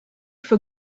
for